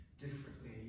differently